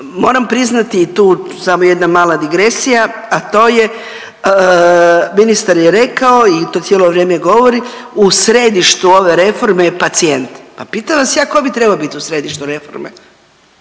Moram priznati i tu sam jedna mala digresija, a to je ministar je rekao i to cijelo vrijeme govori u središtu ove reforme je pacijent. Pa pitam vas ja ko bi trebao biti u sjedištu reforme?